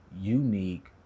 unique